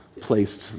placed